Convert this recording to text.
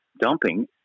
dumping